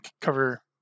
cover